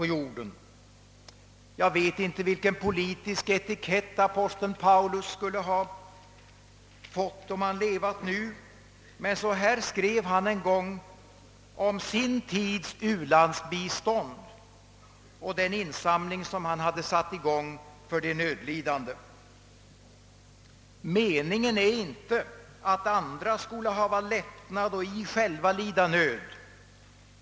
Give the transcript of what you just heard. Jag vet inte vilken politisk etikett aposteln Paulus skulle ha fått, om han levat nu, men så här skrev han en gång om sin tids u-landsbistånd och den insamling han hade satt i gång för de nödlidande: »Meningen är icke att andra skola hava lättnad och I själva lida nöd.